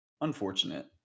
unfortunate